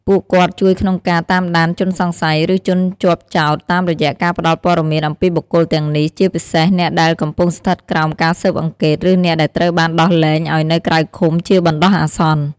ពួកគាត់ជួយក្នុងការតាមដានជនសង្ស័យ ឬជនជាប់ចោទតាមរយៈការផ្ដល់ព័ត៌មានអំពីបុគ្គលទាំងនេះ ជាពិសេសអ្នកដែលកំពុងស្ថិតក្រោមការស៊ើបអង្កេត ឬអ្នកដែលត្រូវបានដោះលែងឲ្យនៅក្រៅឃុំជាបណ្ដោះអាសន្ន។